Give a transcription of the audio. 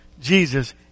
Jesus